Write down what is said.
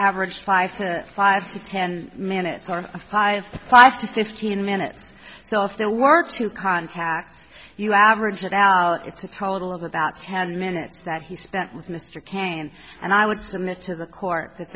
average five to five to ten minutes or a five five to fifteen minutes so if there were two contacts you average it out it's a total of about ten minutes that he spent with mr cain and i would submit to the court that